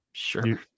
sure